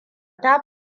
ta